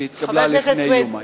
שהתקבלה לפני יומיים.